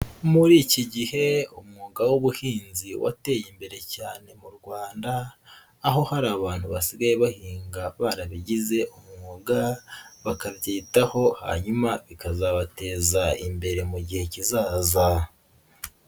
Muri iki gihe umwuga w'ubuhinzi wateye imbere cyane mu Rwanda, aho hari abantu basigaye bahinga barabigize umwuga, bakabyitaho hanyuma bikazabateza imbere mu gihe kizaza.